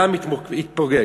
גם התפוגג.